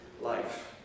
life